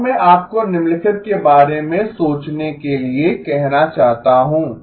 अब मैं आपको निम्नलिखित के बारे में सोचने के लिए कहना चाहता हूं